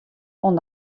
oan